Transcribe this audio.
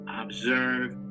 observe